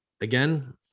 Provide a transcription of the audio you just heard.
again